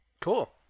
Cool